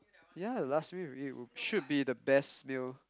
yeah last meal really should be the best meal